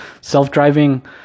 self-driving